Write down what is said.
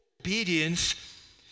obedience